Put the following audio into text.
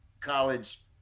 college